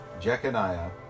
Jeconiah